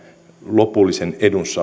lopullisen